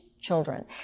children